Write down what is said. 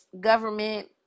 government